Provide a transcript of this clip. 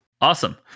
Awesome